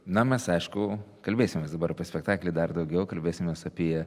na mes aišku kalbėsimės dabar apie spektaklį dar daugiau kalbėsimės apie